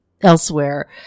elsewhere